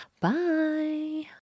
bye